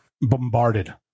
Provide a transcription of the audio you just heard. bombarded